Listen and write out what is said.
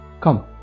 Come